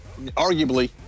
arguably